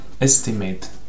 estimate